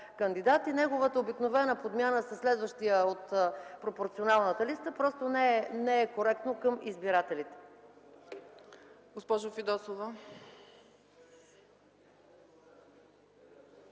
неговата обикновена подмяна със следващия от пропорционалната листа просто не е коректно към избирателите.